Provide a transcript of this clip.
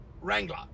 wrangler